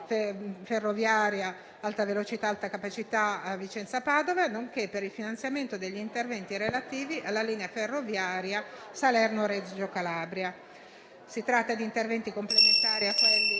ferroviaria alta velocità-alta capacità Vicenza-Padova, nonché per il finanziamento degli interventi relativi alla linea ferroviaria Salerno-Reggio Calabria. Si tratta di interventi complementari a quelli